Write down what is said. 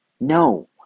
No